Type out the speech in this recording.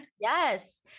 Yes